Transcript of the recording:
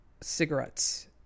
cigarettes